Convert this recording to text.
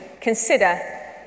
consider